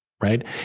right